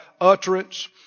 utterance